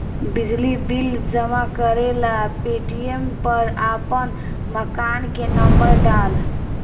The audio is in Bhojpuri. बिजली बिल जमा करेला पेटीएम पर आपन मकान के नम्बर डाल